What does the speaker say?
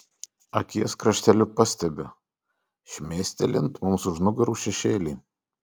akies krašteliu pastebiu šmėstelint mums už nugarų šešėlį